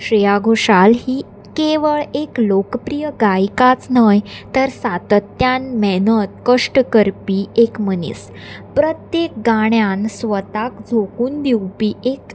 श्रेया घोशाल ही केवळ एक लोकप्रीय गायिकाच न्हय तर सातत्यान मेहनत कश्ट करपी एक मनीस प्रत्येक गाण्यान स्वताक झोकून दिवपी एक